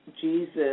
Jesus